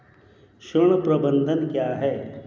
ऋण प्रबंधन क्या है?